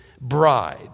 bride